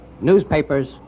newspapers